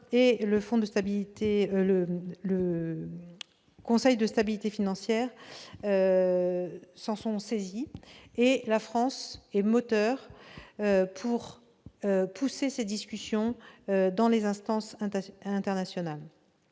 le Conseil de stabilité financière s'en sont saisis. La France joue un rôle moteur pour pousser ces discussions dans les instances internationales